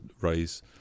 raise